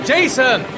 Jason